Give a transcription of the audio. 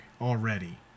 already